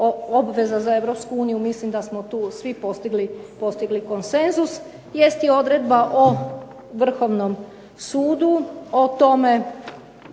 obveza za Europsku uniju mislim da smo tu svi postigli konsenzus, jest i odredba o Vrhovnom sudu i to